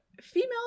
female